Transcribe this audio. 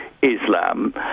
Islam